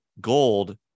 gold